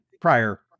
prior